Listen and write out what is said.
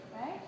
Right